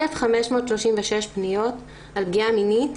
1,536 פניות על פגיעה מינית